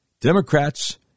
Democrats